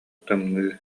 тымныы